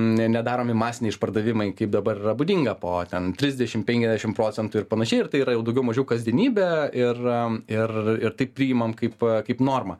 ne nedaromi masiniai išpardavimai kaip dabar yra būdinga po ten trisdešim penkiasdešim procentų ir panašiai ir tai yra jau daugiau mažiau kasdienybė ir ir ir tai priimam kaip kaip normą